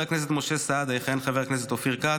הכנסת משה סעדה יכהן חבר הכנסת אופיר כץ,